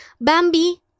Bambi